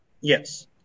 Yes